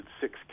six